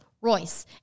Royce